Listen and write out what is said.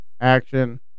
Action